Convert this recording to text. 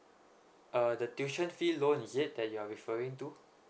uh the tuition fee loan is it that you are referring to